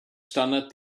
standard